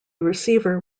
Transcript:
receiver